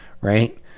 right